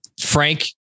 Frank